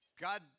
God